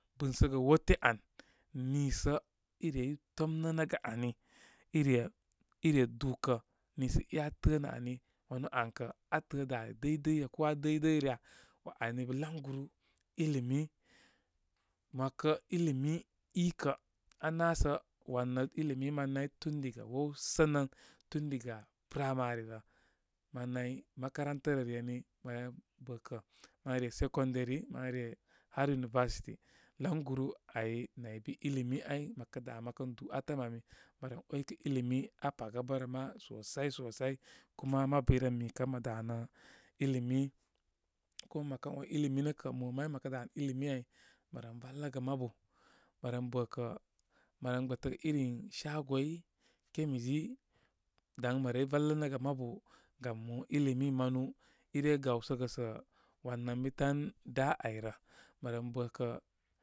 Binəyə waté an nesa irey tomnəgə ani ire ire dukə nigə e aa təə nə mi. Wanu an kə aa təə da dáydáya ko an day day rə ya. Ani languru ilimi. Mə ‘wakə ilimi ikə aná sə wanə ilimi mən nay tun diga wow sonan tun diga primary rə mən nay makaranta rə rəni. mə ren bəkə, mare secondary, mən re har university. Languru áy nay bi ilimi áy. Məkə dá məkən du atəm ami mə ren ‘way kə ilimi aa paga bə rə ma sosai sosai kuma mabu iren mikə ən mə danə ilimi. Kuma mə kən ‘way ilimi nə kə, mo may mə kə danə ilimi áy, mə ren valəgə mabu. Mə ren bəkə, mə ren gbətəgə irin shagoi chemisti daŋ mə rey valə nəgə mabu. Gam mo ilimi manu ire gawsəgə sə wan ən bi tan dá ayrə. Mə ren bəkə.